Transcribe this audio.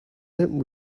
him